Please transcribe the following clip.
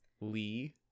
Lee